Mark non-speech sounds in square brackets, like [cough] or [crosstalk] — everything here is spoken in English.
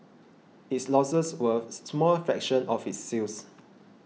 its losses were [noise] a small fraction of its sales